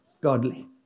godly